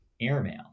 Airmail